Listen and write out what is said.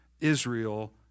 Israel